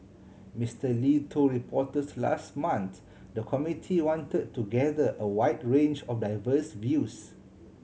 Mister Lee told reporters last month the committee wanted to gather a wide range of diverse views